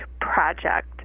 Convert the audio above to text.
project